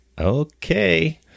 Okay